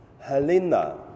Helena